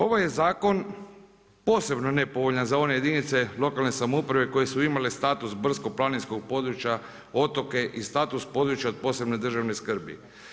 Ovo je zakon posebno nepovoljan za one jedinice lokalne samouprave koje su imale status brdsko-planinskog područja, otoke i status područja od posebne državne skrbi.